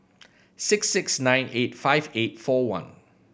six six nine eight five eight four one